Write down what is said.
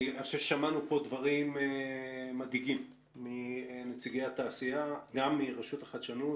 שמענו דברים מדאיגים גם מרשות החדשנות,